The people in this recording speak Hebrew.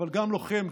אבל לוחם,